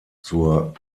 zur